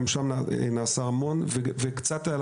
גם שם נעשה המון; וראש מדור ממד"ה תדבר קצת על